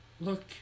look